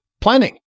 Planning